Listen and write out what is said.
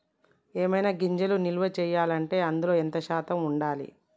ఏవైనా గింజలు నిల్వ చేయాలంటే అందులో ఎంత శాతం ఉండాలి?